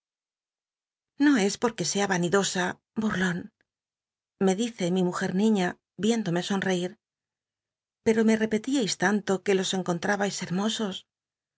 no es porque sea vanidosa burlan me dice mi mujcr niiía viénclome somcir pero me rcpcliais tanto que los encontrabais hermosos